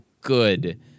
good